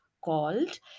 called